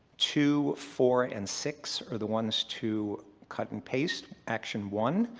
two, four, and six are the ones to cut-and-paste. action one,